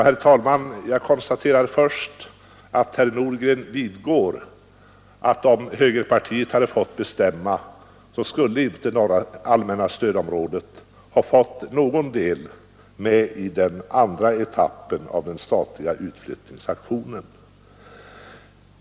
Herr talman! Jag konstaterar först att herr Nordgren vidgår att, om högerpartiet hade fått bestämma, så skulle allmänna stödområdet inte ha fått någon del med i den andra etappen av den statliga utflyttningsaktionen.